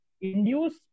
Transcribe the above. induce